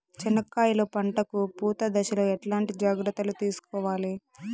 చెనక్కాయలు పంట కు పూత దశలో ఎట్లాంటి జాగ్రత్తలు తీసుకోవాలి?